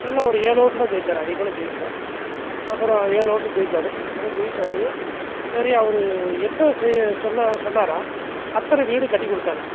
நல்ல ஒரு ஏழு ஓட்டில் தான் ஜெயித்தாரு அதிகமாகலாம் ஜெயிக்கலை அப்புறம் ஏழு ஓட்டில் ஜெயித்தாரு ஆனால் ஜெயித்த உடனேயே நிறையா அவர் என்ன செ சொன்ன சொன்னாரா அத்தனை வீடும் கட்டி கொடுத்தாரு